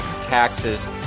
taxes